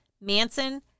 Manson